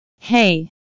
Hey